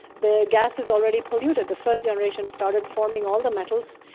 the gas is already polluted. the first generation started forming all the metals,